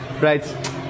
Right